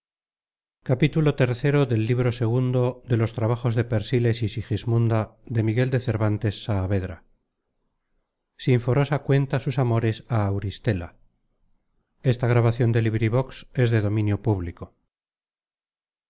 iii sinforosa cuenta sus amores á auristela